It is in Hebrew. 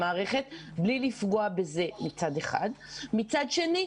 מצד שני,